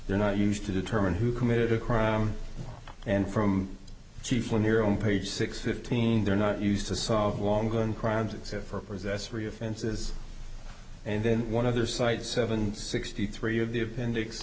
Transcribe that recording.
they're not used to determine who committed a crime and from chief lanier on page six fifteen they're not used to solve long gun crimes except for possessory offenses and then one other site seven sixty three of the appendix